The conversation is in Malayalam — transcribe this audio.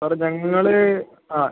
അത് ഞങ്ങൾ ആ